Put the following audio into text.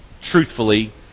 truthfully